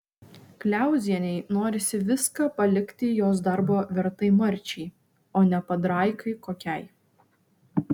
kliauzienei norisi viską palikti jos darbo vertai marčiai o ne padraikai kokiai